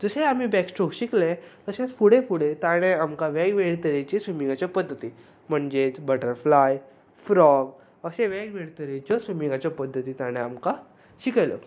जशे आमी back stroke शिकलें तशेंच फुडें फुडें ताणें आमकां वेगवेगळे तरेचे स्विमींगाचे पद्दती म्हणजेच बटरफ्लाय फ्रॉग अशें वेगवेगळे तरेच्यो स्विमींगाच्यो पद्दती ताणें आमकां शिकयल्यो